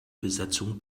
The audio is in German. besetzung